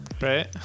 right